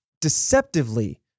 deceptively